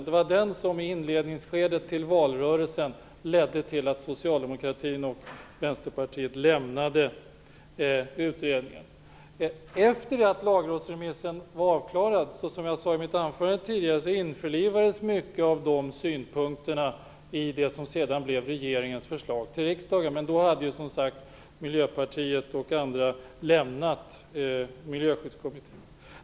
Det var den som i valrörelsens inledningsskede ledde till att Socialdemokraterna och Vänsterpartiet lämnade utredningen. Efter det att lagrådsremissen var avklarad så införlivades - som jag sade i mitt anförande här - många av framlagda synpunkter i det som sedan blev regeringens förslag till riksdagen. Men då hade, som sagt, Miljöpartiets representant och andra lämnat Herr talman!